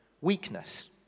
weakness